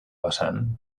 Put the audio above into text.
vessant